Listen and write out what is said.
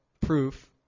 proof